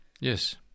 Yes